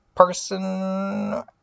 person